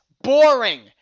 boring